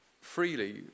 freely